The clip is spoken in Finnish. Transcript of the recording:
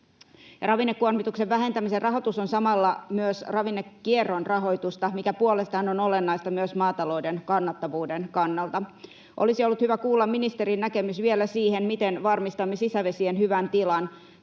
Ravinnekuormituksen vähentämisen rahoitus on samalla myös ravinnekierron rahoitusta, mikä puolestaan on olennaista myös maatalouden kannattavuuden kannalta. Olisi ollut hyvä kuulla ministerin näkemys vielä siihen, miten varmistamme sisävesien hyvän tilan.